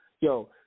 Yo